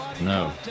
No